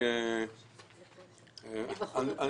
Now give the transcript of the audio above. זה בסדר.